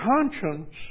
conscience